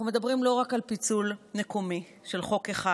אנחנו מדברים לא רק על פיצול מקומי של חוק אחד,